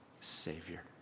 Savior